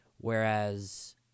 Whereas